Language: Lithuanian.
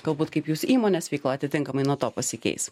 galbūt kaip jūsų įmonės veikla atitinkamai nuo to pasikeis